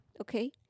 Okay